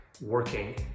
working